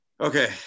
Okay